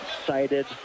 excited